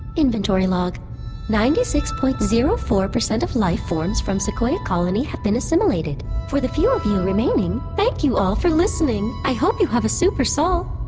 inventory log nine six point zero four zero of life forms from sequoia colony have been assimilated for the few of you remaining, thank you all for listening! i hope you have a super sol.